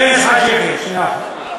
ומאחר, חבר הכנסת חאג' יחיא, שנייה אחת.